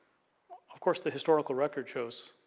of course, the historical record shows